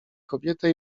kobietę